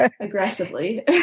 aggressively